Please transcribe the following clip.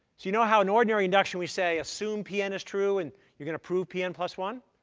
you know how in ordinary induction, we say, assume p n is true and you're going to prove p n plus one?